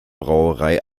brauerei